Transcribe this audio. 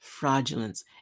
Fraudulence